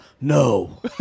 no